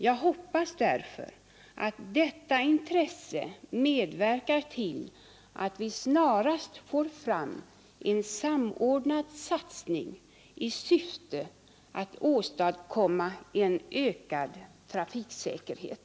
Jag hoppas därför att detta intresse medverkar till att vi snarast får fram en samordnad satsning i syfte att åstadkomma en ökad trafiksäkerhet.